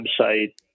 website